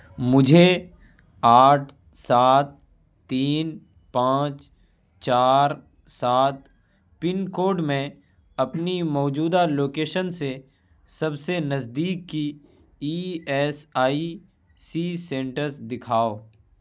مجھے آٹھ سات تین پانچ چار سات پن کوڈ میں اپنی موجودہ لوکیشن سے سب سے نزدیک کی E S I C centres دکھاؤ